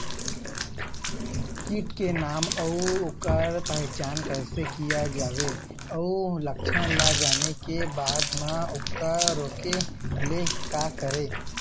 कीट के नाम अउ ओकर पहचान कैसे किया जावे अउ लक्षण ला जाने के बाद मा ओकर रोके ले का करें?